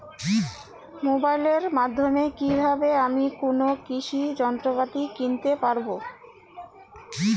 মোবাইলের মাধ্যমে কীভাবে আমি কোনো কৃষি যন্ত্রপাতি কিনতে পারবো?